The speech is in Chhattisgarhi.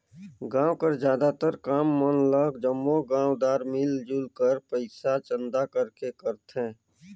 गाँव कर जादातर काम मन ल जम्मो गाँवदार मिलजुल कर पइसा चंदा करके करथे